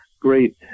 great